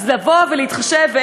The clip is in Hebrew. אז להתחשב,